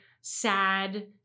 sad